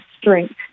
strength